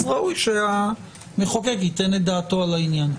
אז ראוי שהמחוקק ייתן את דעתו על העניין.